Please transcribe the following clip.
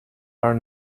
are